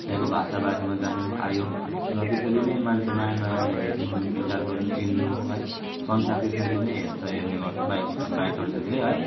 त्यहाँको भाषा बारेमा जान्यो आयो र त्यसरी नै मान्छे नयाँ नयाँ हेर्नु विचार गर्नु चिन्नु है संसार त्यसरी नै हेर्छ हेर्ने गर्छ बाइक बाइकर्सहरूले है